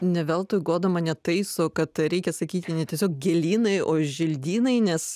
ne veltui goda mane taiso kad reikia sakyti ne tiesiog gėlynai o želdynai nes